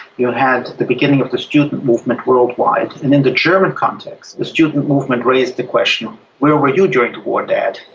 you had the beginning of the student movement worldwide. and in the german context, the student movement raised the question where were you during during the war, dad?